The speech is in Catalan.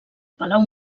palau